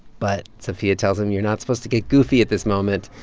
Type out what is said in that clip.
but sophia tells him, you're not supposed to get goofy at this moment.